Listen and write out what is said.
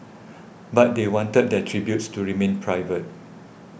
but they wanted their tributes to remain private